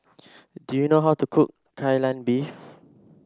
do you know how to cook Kai Lan Beef